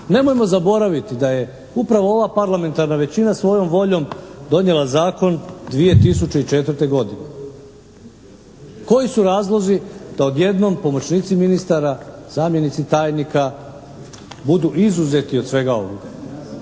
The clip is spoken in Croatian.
Nemojmo zaboraviti da je upravo ova parlamentarna većina svojom voljom donijela zakon 2004. godine. Koji su razlozi da odjednom pomoćnici ministara, zamjenici tajnika budu izuzeti od svega ovoga?